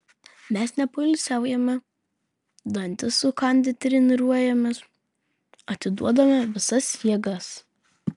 mes nepoilsiaujame dantis sukandę treniruojamės atiduodame visas jėgas